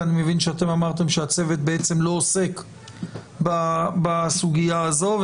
כי אני מבין שאתם אמרתם שהצוות בעצם לא עוסק בסוגיה הזו,